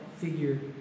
figure